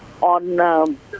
on